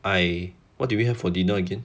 I what did we have for dinner again